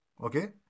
Okay